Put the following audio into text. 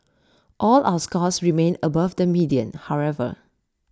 all our scores remain above the median however